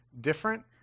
different